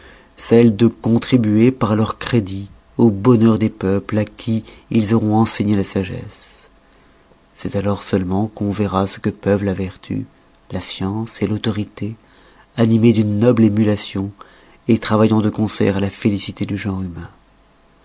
celle de contribuer par leur crédit au bonheur des peuples à qui ils auront enseigné la sagesse c'est alors seulement qu'on verra ce que peuvent la vertu la science l'autorité animées d'une noble émulation et travaillant de concert à la félicité du genre humain